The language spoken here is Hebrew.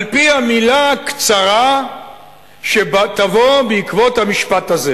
על-פי המלה הקצרה שתבוא בעקבות המשפט הזה.